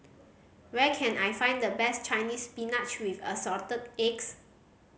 where can I find the best Chinese Spinach with Assorted Eggs